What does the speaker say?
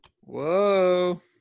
Whoa